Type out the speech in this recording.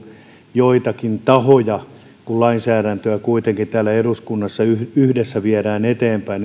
joitakin tahoja kun lainsäädäntöä kuitenkin täällä eduskunnassa yhdessä viedään eteenpäin